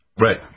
Right